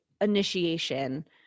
initiation